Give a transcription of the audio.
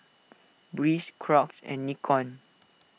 Breeze Crocs and Nikon